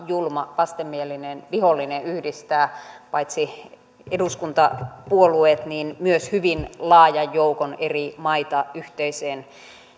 julma vastenmielinen vihollinen yhdistää paitsi eduskuntapuolueet myös hyvin laajan joukon eri maita yhteiseen